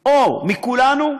או מכולנו,